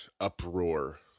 uproar